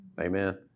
Amen